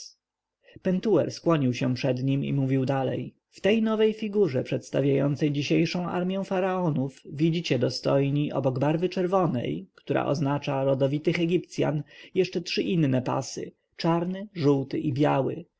pentuer skłonił się przed nim i mówił dalej w tej nowej figurze przedstawiającej dzisiejszą armię faraonów widzicie dostojni obok barwy czerwonej która oznacza rodowitych egipcjan jeszcze trzy inne pasy czarny żółty i biały